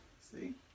See